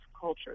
culture